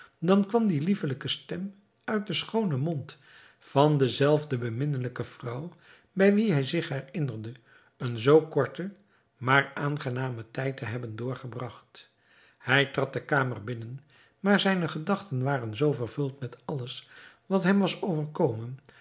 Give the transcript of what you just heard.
dan kwam die liefelijke stem uit den schoonen mond van de zelfde beminnelijke vrouw bij wie hij zich herinnerde een zoo korten maar aangenamen tijd te hebben doorgebragt hij trad de kamer binnen maar zijne gedachten waren zoo vervuld met alles wat hem was overkomen